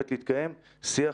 חייבים להחזיר את המכסה לסיר.